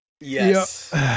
Yes